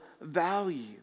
value